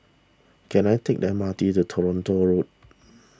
can I take the M R T to Toronto Road